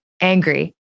angry